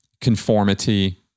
conformity